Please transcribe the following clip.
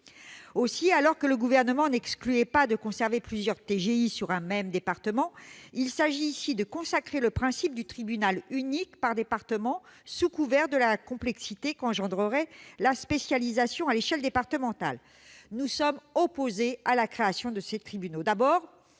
Aussi, alors que le Gouvernement n'excluait pas de conserver plusieurs tribunaux de grande instance sur un même département, il s'agit ici de consacrer le principe du tribunal unique par département, sous couvert de la complexité qu'engendrerait la spécialisation à l'échelle départementale. Nous sommes opposés à la création de ces tribunaux.